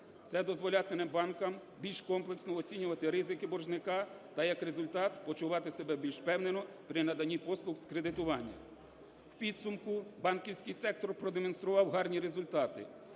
Це дозволятиме банкам більш комплексно оцінювати ризики боржника та, як результат, почувати себе більш впевнено при наданні послуг з кредитування. В підсумку банківський сектор продемонстрував гарні результати.